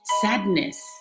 sadness